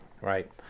Right